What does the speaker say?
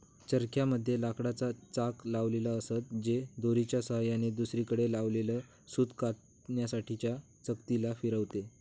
चरख्या मध्ये लाकडाच चाक लावलेल असत, जे दोरीच्या सहाय्याने दुसरीकडे लावलेल सूत कातण्यासाठी च्या चकती ला फिरवते